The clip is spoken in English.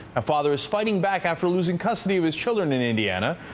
a father is fighting back after losing custody of his children in indiana.